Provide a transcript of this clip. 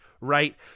right